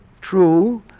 True